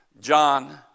John